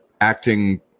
Acting